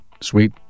sweet